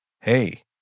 Hey